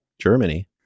Germany